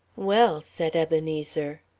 well, said ebenezer,